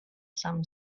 some